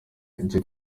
kandi